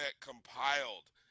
compiled